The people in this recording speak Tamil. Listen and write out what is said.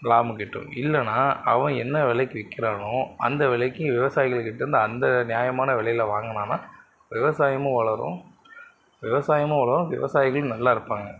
லாபம் கிட்டும் இல்லைனா அவன் என்ன விலைக்கு விற்கிறானோ அந்த விலைக்கு விவசாயிகள்கிட்டேருந்து அந்த நியாயமான விலையில வாங்கினான்னா விவசாயமும் வளரும் விவசாயமும் வளரும் விவசாயிகளும் நல்லா இருப்பாங்க